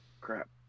Crap